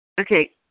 Okay